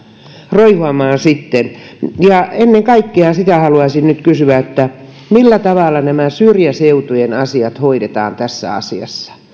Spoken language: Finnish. roihuamaan sitten ennen kaikkea sitä haluaisin nyt kysyä millä tavalla nämä syrjäseutujen asiat hoidetaan tässä asiassa